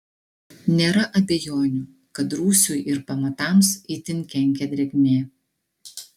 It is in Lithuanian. nėra abejonių kad rūsiui ir pamatams itin kenkia drėgmė